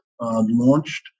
launched